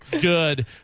Good